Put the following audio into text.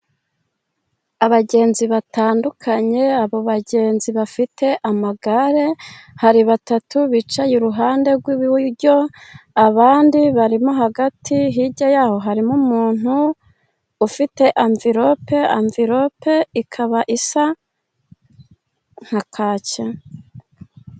Abagenzi batandukanye, abo bagenzi bafite amagare , hari batatu bicaye i ruhande rw'iburyo , abandi barimo hagati hirya yaho harimo umuntu ufite anvirope. Anvilope ikaba isa nka kaki.